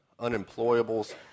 unemployables